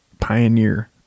pioneer